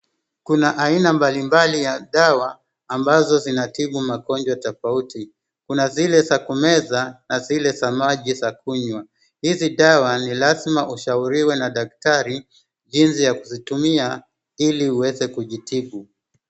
Kuna aina mbalimbali ya dawa ambazo zinatibu magonjwa tofauti, kuna zile za kumeza na zile za maji za kunywa. Hizi dawa ni lazima ushauriwe na daktari jinsi ya kuzitumia ili uweze kujitibu.